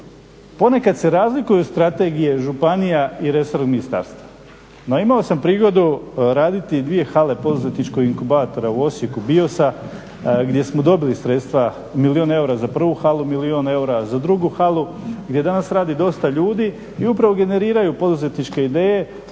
Ponekad se razlikuju strategije županija i resornih ministarstava. No imao sam prigodu raditi dvije hale poduzetničkog inkubatora u Osijeku biosa gdje smo dobili sredstva milijun eura za prvu halu, milijun eura za drugu halu gdje danas radi dosta ljudi i upravo generiraju poduzetničke ideje.